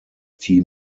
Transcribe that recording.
team